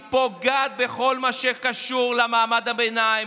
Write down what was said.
היא פוגעת בכל מה שקשור למעמד הביניים.